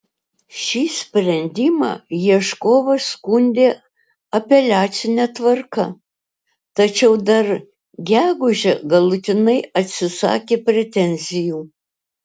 šį sprendimą ieškovas skundė apeliacine tvarka tačiau dar gegužę galutinai atsisakė pretenzijų